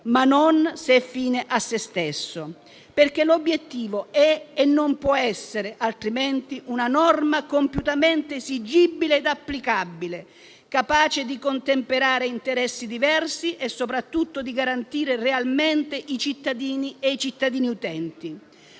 ma non se è fine a se stesso perché l'obiettivo è, e non può non essere altrimenti, una norma compiutamente esigibile e applicabile, capace di contemperare interessi diversi e, soprattutto, di garantire realmente i cittadini e i cittadini utenti.